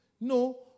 No